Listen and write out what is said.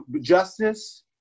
justice